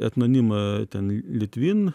etnonimą ten litvin